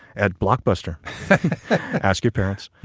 at blockbuster ask your parents.